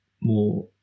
more